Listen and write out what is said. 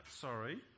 sorry